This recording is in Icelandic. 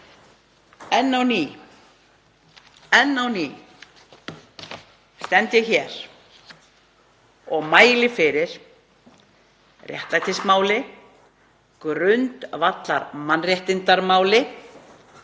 á skilið. Enn á ný stend ég hér og mæli fyrir réttlætismáli, grundvallarmannréttindamáli